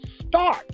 start